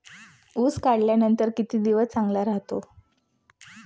ऊस काढल्यानंतर किती दिवस चांगला राहतो?